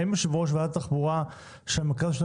האם יושב ראש ועדת התחבורה של המרכז לשלטון